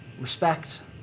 respect